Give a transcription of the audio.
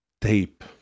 tape